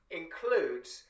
includes